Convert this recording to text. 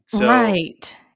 Right